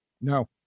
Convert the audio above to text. No